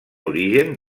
origen